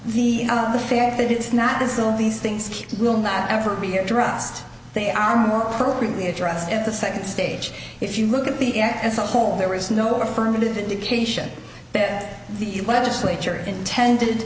the the fact that it's not as though these things will not ever be addressed they are more appropriately addressed in the second stage if you look at the end as a whole there is no affirmative indication that the legislature intended